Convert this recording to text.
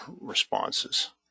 responses